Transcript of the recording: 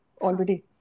already